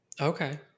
Okay